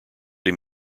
him